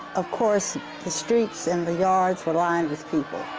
of course the streets and the yards were lined with people.